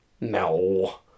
No